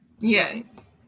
yes